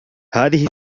هذه